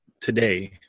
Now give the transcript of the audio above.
today